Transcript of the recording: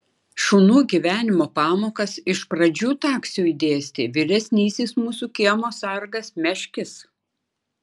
šunų gyvenimo pamokas iš pradžių taksiui dėstė vyresnysis mūsų kiemo sargas meškis